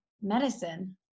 medicine